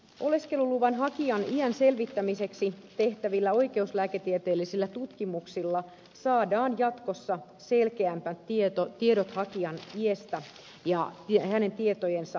oleskeluluvan hakijan iän selvittämiseksi tehtävillä oikeuslääketieteellisillä tutkimuksilla saadaan jatkossa selkeämmät tiedot hakijan iästä ja hänen tietojensa oikeellisuudesta